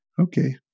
Okay